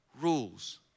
rules